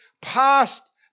past